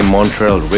Montreal